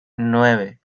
nueve